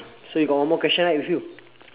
so you got one more question right with you